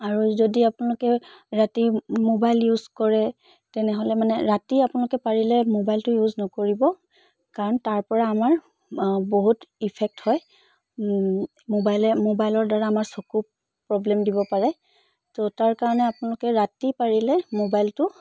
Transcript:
আৰু যদি আপোনালোকে ৰাতি মোবাইল ইউজ কৰে তেনেহ'লে মানে ৰাতি আপোনালোকে পাৰিলে মোবাইলটো ইউজ নকৰিব কাৰণ তাৰপৰা আমাৰ বহুত ইফেক্ট হয় মোবাইলে মোবাইলৰ দ্বাৰা আমাৰ চকু প্ৰব্লেম দিব পাৰে ত' তাৰ কাৰণে আপোনালোকে ৰাতি পাৰিলে মোবাইলটো